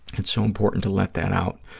it's so important to let that out,